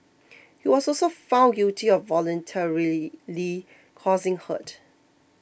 he was also found guilty of voluntarily causing hurt